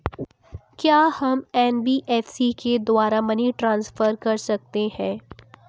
क्या हम एन.बी.एफ.सी के द्वारा मनी ट्रांसफर कर सकते हैं?